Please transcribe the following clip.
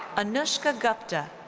anushka gupta,